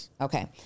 okay